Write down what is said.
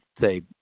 say